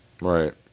Right